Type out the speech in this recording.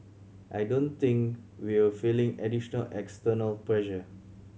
I don't think we're feeling additional external pressure